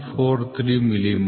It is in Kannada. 143 ಮಿಲಿಮೀಟರ್